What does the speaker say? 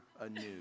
anew